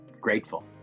Grateful